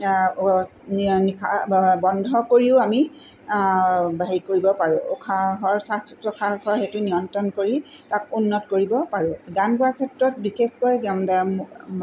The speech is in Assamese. নিশাহ বন্ধ কৰিও আমি হেৰি কৰিব পাৰোঁ উশাহৰ শ্বাস প্ৰশ্বাসৰ সেইটো নিয়ন্ত্ৰণ কৰি তাক উন্নত কৰিব পাৰোঁ গান গোৱা ক্ষেত্ৰত বিশেষকৈ